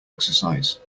exercise